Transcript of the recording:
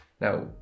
Now